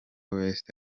west